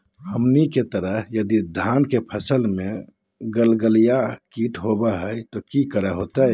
हमनी के तरह यदि धान के फसल में गलगलिया किट होबत है तो क्या होता ह?